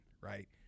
right